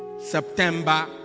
september